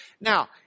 Now